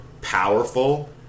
powerful